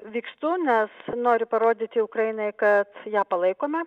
vykstu nes noriu parodyti ukrainai kad ją palaikome